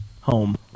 Home